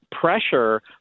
pressure